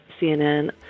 CNN